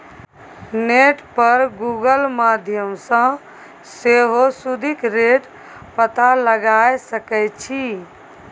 net पर Google माध्यमसँ सेहो सुदिक रेट पता लगाए सकै छी